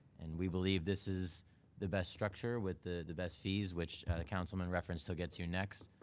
and we believe this is the best structure with the the best fees. which the councilmember referenced he'll get to next.